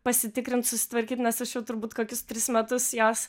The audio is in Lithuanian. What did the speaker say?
pasitikrint susitvarkyt nes aš jau turbūt kokius tris metus jos